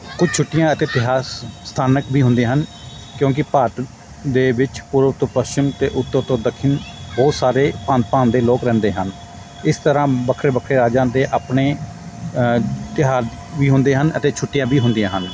ਕੁਝ ਛੁੱਟੀਆਂ ਅਤੇ ਇਤਿਹਾਸ ਸਥਾਨਕ ਵੀ ਹੁੰਦੇ ਹਨ ਕਿਉਂਕਿ ਭਾਰਤ ਦੇ ਵਿੱਚ ਪੂਰਬ ਤੋਂ ਪੱਛਮ ਅਤੇ ਉੱਤਰ ਤੋਂ ਦੱਖਣ ਬਹੁਤ ਸਾਰੇ ਭਾਂਤ ਭਾਂਤ ਦੇ ਲੋਕ ਰਹਿੰਦੇ ਹਨ ਇਸ ਤਰ੍ਹਾਂ ਵੱਖਰੇ ਵੱਖਰੇ ਰਾਜਾਂ ਦੇ ਆਪਣੇ ਤਿਉਹਾਰ ਵੀ ਹੁੰਦੇ ਹਨ ਅਤੇ ਛੁੱਟੀਆਂ ਵੀ ਹੁੰਦੀਆਂ ਹਨ